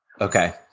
Okay